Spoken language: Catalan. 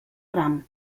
ram